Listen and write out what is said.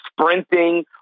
sprinting